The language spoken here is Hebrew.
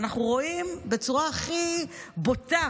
ואנחנו רואים בצורה הכי בוטה